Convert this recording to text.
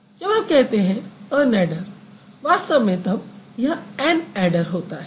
जब आप कहते हैं अ नैडर वास्तव में तब यह ऐन ऐडर होता है